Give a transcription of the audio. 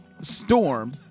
Storm